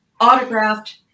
autographed